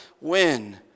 win